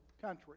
country